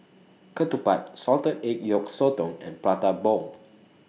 Ketupat Salted Egg Yolk Sotong and Prata Bomb